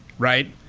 right?